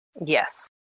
Yes